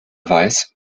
weiß